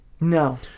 No